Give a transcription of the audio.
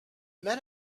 men